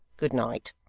good night